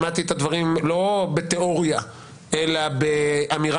שמעתי את הדברים לא בתיאוריה אלא באמירה